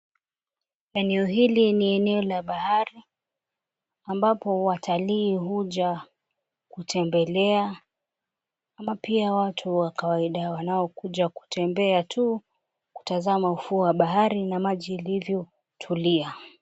Eneo hili ni eneo la bahari ambapo watalii huja kutembelea, ama pia watu wa kawaida wanaokuja kutembea tu kutazama ufuo wa bahari na maji ilivyotulia.